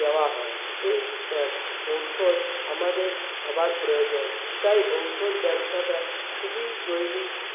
দেওয়া হয় এই ঔষধ আমাদের সবার প্রয়োজন তাই ঔষধ ব্যবসাটা খুবই জলদি